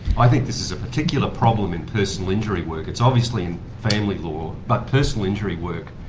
i think this is a particular problem in personal injury work it's obviously in family law but personal injury work,